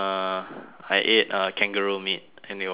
I ate uh kangaroo meat and it was terrible